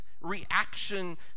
reaction